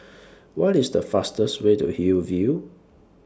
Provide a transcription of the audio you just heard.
What IS The fastest Way to Hillview